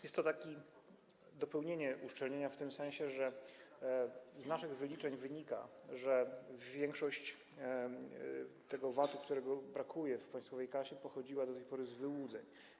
Jest to takie dopełnienie uszczelnienia w tym sensie, że z naszych wyliczeń wynika, że większość środków z VAT-u, których brakuje w państwowej kasie, pochodziła do tej pory z wyłudzeń.